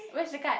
where's the card